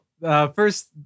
First